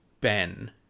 Ben